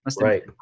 Right